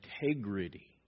integrity